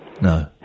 No